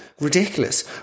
Ridiculous